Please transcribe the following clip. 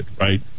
right